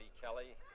Kelly